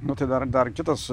nu tai dar dar kitas